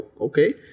okay